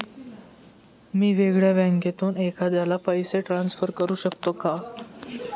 मी वेगळ्या बँकेतून एखाद्याला पैसे ट्रान्सफर करू शकतो का?